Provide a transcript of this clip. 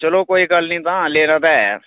चलो कोई गल्ल निं तां लैने तां ऐ